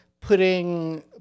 putting